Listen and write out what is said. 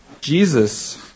Jesus